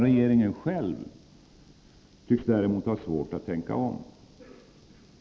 Regeringen själv tycks däremot ha svårt att tänka om.